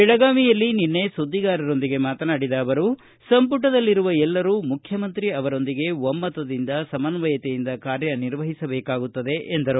ಬೆಳಗಾವಿಯಲ್ಲಿ ನಿನ್ನೆ ಸುದ್ದಿಗಾರರೊಂದಿಗೆ ಮಾತನಾಡಿದ ಅವರು ಸಂಪುಟದಲ್ಲಿರುವ ಎಲ್ಲರೂ ಮುಖ್ಯಮಂತ್ರಿ ಅವರೊಂದಿಗೆ ಒಮ್ಹದಿಂದ ಸಮನ್ವಯತೆಯಿಂದ ಕಾರ್ಯ ನಿರ್ವಹಿಸಬೇಕಾಗುತ್ತದೆ ಎಂದರು